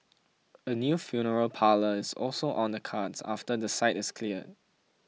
a new funeral parlour is also on the cards after the site is cleared